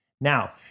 now